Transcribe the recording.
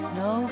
no